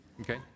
okay